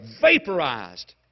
vaporized